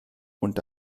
und